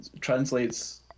translates